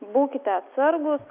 būkite atsargūs